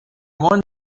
one